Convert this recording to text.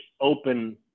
open